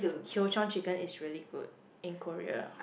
chicken is really good in Korea